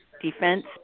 Defense